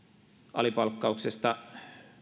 alipalkkauksesta